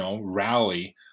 rally